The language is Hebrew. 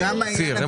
אופיר, הם